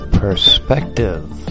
perspective